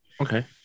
Okay